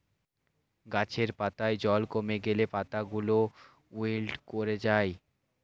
গাছের পাতায় জল কমে গেলে পাতাগুলো উইল্ট করে যায়